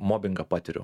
mobingą patiriu